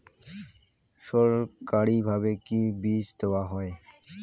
সরকারিভাবে কি বীজ দেওয়া হয়?